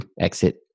exit